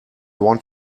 want